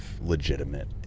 legitimate